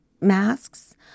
masks